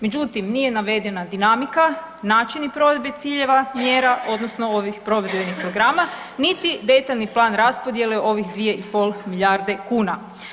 Međutim, nije navedena dinamika, načini provedbe ciljeva mjera odnosno ovih provedbenih programa niti detaljni plan raspodjele ovih 2,5 milijarde kuna.